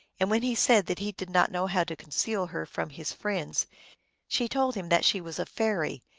and when he said that he did not know how to conceal her from his friends she told him that she was a fairy,